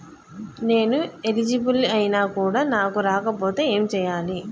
నేను ఎలిజిబుల్ ఐనా కూడా నాకు రాకపోతే ఏం చేయాలి?